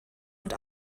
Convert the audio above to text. und